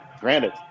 granted